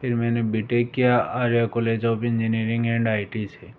फिर मैंने बीटेक किया Arya college of engineering and I T से